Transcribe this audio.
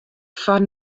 foar